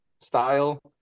style